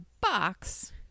box